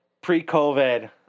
pre-COVID